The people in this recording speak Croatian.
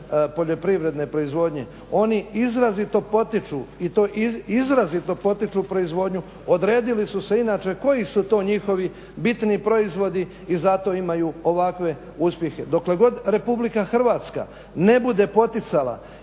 poljoprivredne proizvodnje. Oni izrazito potiču i to izrazito potiču proizvodnju, odredili su se inače koji su to njihovi bitni proizvodi i zato imaju ovakve uspjehe. Dokle god Republika Hrvatska ne bude poticala